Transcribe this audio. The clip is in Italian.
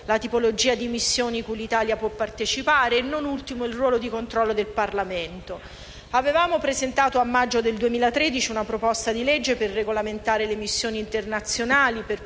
la tipologia di missioni cui l'Italia può partecipare e, non ultimo, il ruolo di controllo del Parlamento. Avevamo presentato a maggio del 2013 una proposta di legge per regolamentare le missioni internazionali,